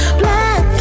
black